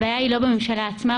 הבעיה היא לא בממשלה עצמה.